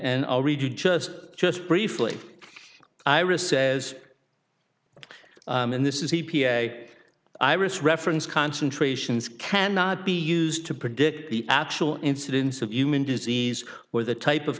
you just just briefly ira says and this is the p a iris reference concentrations cannot be used to predict the actual incidence of human disease or the type of